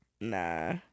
nah